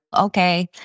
okay